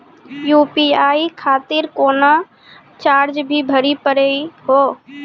UPI खातिर कोनो charge भी भरी पड़ी हो?